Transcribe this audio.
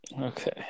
Okay